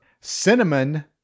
Cinnamon